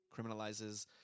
criminalizes